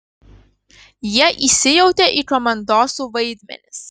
jie įsijautė į komandosų vaidmenis